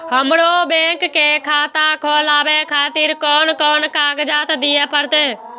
हमरो बैंक के खाता खोलाबे खातिर कोन कोन कागजात दीये परतें?